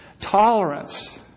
tolerance